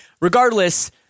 regardless